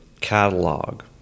catalog